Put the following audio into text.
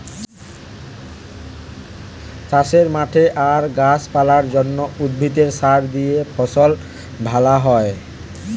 চাষের মাঠে আর গাছ পালার জন্যে, উদ্ভিদে সার দিলে ফসল ভ্যালা হয়